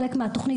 חלק מהתוכנית.